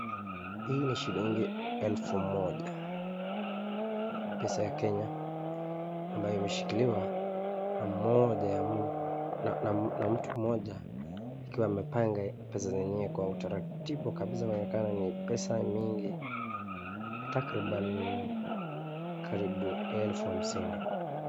Hii ni shilingi elfu moja pesa ya Kenya ambayo imeshikiliwa na mtu mmoja akiwa amepnga pesa zenyewe kwa utaratibu kabisa inaonekana ni pesa mingi, takriban karibu elfu hamsini.